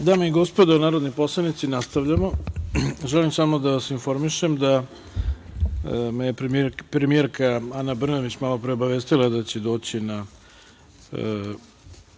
Dame i gospodo narodni poslanici, nastavljamo sa radom. Želim samo da vas informišem da me je premijerka Ana Brnabić malo pre obavestila da će doći u